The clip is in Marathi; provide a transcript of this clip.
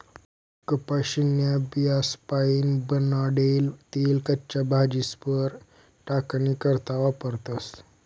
कपाशीन्या बियास्पाईन बनाडेल तेल कच्च्या भाजीस्वर टाकानी करता वापरतस